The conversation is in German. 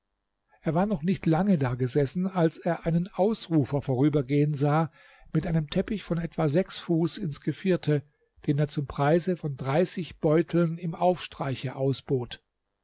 er war noch nicht lange da gesessen als er einen ausrufer vorübergehen sah mit einem teppich von etwa sechs fuß ins gevierte den er zum preise von dreißig beuteln im aufstreiche ausbot